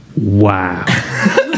Wow